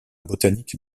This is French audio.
botanique